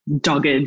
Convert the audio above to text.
dogged